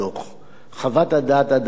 חוות הדעת עדיין לא נתקבלה.